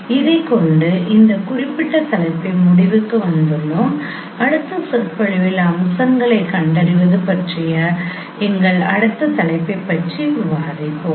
இதைக் கொண்டு இந்த குறிப்பிட்ட தலைப்பின் முடிவுக்கு வந்துள்ளோம் அடுத்த சொற்பொழிவில் அம்சங்களைக் கண்டறிவது பற்றிய எங்கள் அடுத்த தலைப்பைப் பற்றி விவாதிப்போம்